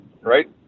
right